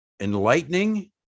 enlightening